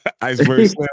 Iceberg